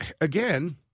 again